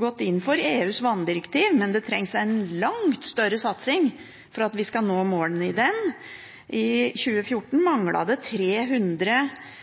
gått inn for EUs vanndirektiv, men det trengs en langt større satsing for at vi skal nå målene i det. I 2014 manglet det 300